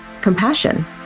compassion